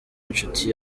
inshuti